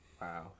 Wow